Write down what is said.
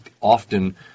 often